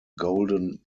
golden